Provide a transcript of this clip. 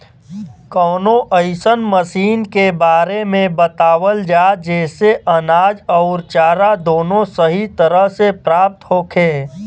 कवनो अइसन मशीन के बारे में बतावल जा जेसे अनाज अउर चारा दोनों सही तरह से प्राप्त होखे?